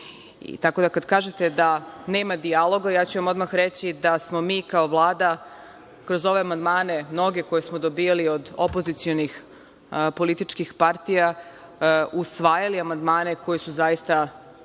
kažete da nema dijaloga, ja ću vam odmah reći da smo mi, kao Vlada, kroz ove amandmane, mnoge koje smo dobijali od opozicionih političkih partija, usvajali amandmane koji su zaista